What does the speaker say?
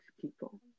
people